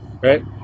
right